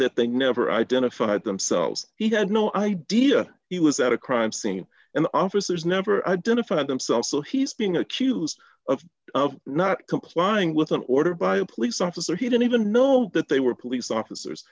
that they never identified themselves he had no idea he was at a crime scene and officers never identified themselves so he's being accused of not complying with an order by a police officer he didn't even know that they were police officers